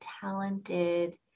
talented